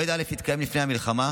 מועד א' התקיים לפני המלחמה,